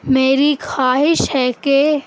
میری خواہش ہے کہ